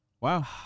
Wow